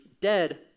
dead